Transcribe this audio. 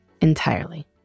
entirely